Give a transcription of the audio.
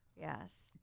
Yes